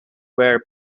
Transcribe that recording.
where